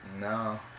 No